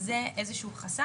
זה איזשהו חסם,